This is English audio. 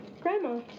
Grandma